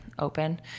open